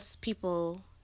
people